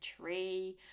tree